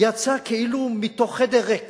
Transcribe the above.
יצא כאילו מתוך חדר ריק